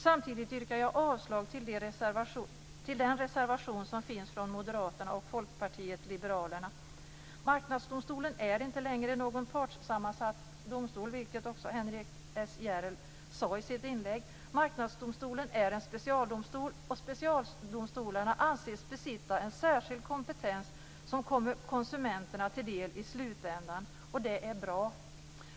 Samtidigt yrkar jag avslag på den reservation som finns från Moderaterna och Folkpartiet liberalerna. Marknadsdomstolen är inte längre någon partssammansatt domstol, vilket också Henrik S Järell sade i sitt inlägg. Marknadsdomstolen är en specialdomstol, och specialdomstolarna anses besitta en särskild kompetens som kommer konsumenterna till del i slutändan, och det är bra.